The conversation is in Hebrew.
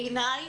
בעיניי,